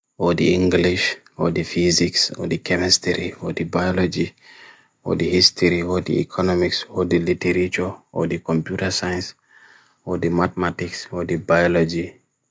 Or the English, or the Physics, or the Chemistry, or the Biology, or the History, or the Economics, or the Literature, or the Computer Science, or the Mathematics, or the Biology.